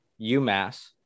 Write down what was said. UMass